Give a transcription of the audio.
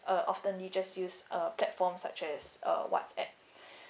uh oftenly just use uh platform such as uh WhatsApp